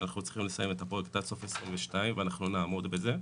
שאנחנו צריכים לסיים את הפרויקט עד סוף 22' ואנחנו נעמוד בזה,